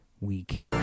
week